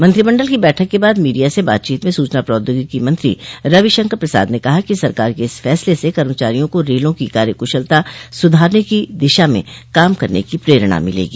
मंत्रिमंडल की बैठक के बाद मीडिया से बातचीत में सूचना प्रोद्योगिकी मंत्री रविशंकर प्रसाद ने कहा कि सरकार के इस फसले से कर्मचारियों को रेलों की कार्यकुशलता सुधारने की दिशा में काम करने की प्रेरणा मिलेगी